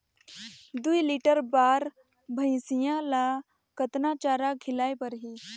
दुई लीटर बार भइंसिया ला कतना चारा खिलाय परही?